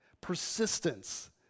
persistence